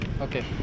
Okay